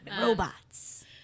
robots